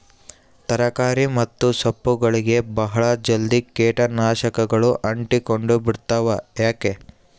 ತರಕಾರಿ ಮತ್ತು ಸೊಪ್ಪುಗಳಗೆ ಬಹಳ ಜಲ್ದಿ ಕೇಟ ನಾಶಕಗಳು ಅಂಟಿಕೊಂಡ ಬಿಡ್ತವಾ ಯಾಕೆ?